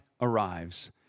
arrives